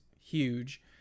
huge